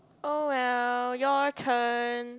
oh well your turn